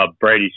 Brady